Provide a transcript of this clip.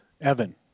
Evan